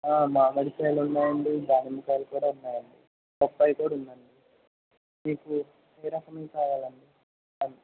మామిడికాయలు ఉన్నాయి అండి దానిమ్మ కాయలు కూడా ఉన్నాయి అండి బత్తాయి కూడా ఉంది మీకు ఏ రకం కావాలండి కాయలు